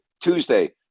Tuesday